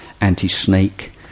anti-snake